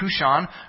Kushan